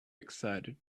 excited